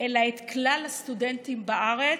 אלא גם את כלל הסטודנטים בארץ,